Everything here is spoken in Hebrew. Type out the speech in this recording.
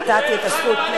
נתתי את הזכות,